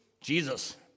Jesus